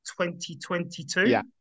2022